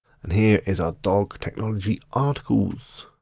and here is our dog technology articles.